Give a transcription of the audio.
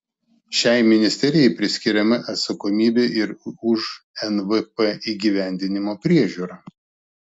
šiai ministerijai priskiriama atsakomybė ir už nvp įgyvendinimo priežiūrą